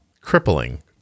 crippling